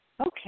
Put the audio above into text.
Okay